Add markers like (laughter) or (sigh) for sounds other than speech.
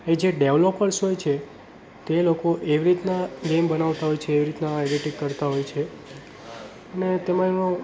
એ જે ડેવેલોપેર્સ હોય છે તે લોકો એવી રીતના ગેમ બનાવતા હોય છે એવી રીતના (unintelligible) કરતા હોય છે અને તેમાં એમનો